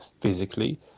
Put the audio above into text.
physically